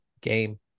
game